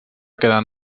queden